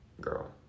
girl